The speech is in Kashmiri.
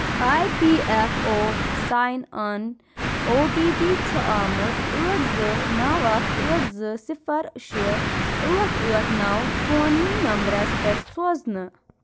I P F O sign in O T P چھُ آمُت ٲٹھ زٕ نَو اکھ ٲٹھ زٕ صِفر شیٚے ٲٹھ ٲٹھ نَو فون نمبرَس پٮ۪ٹھ سوزنہٕ